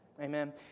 Amen